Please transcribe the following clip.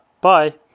bye